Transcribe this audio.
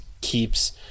keeps